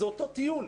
זה אותו טיול,